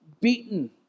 beaten